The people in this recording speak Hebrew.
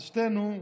על שנינו,